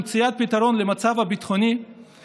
מציאת פתרון למצב הביטחוני,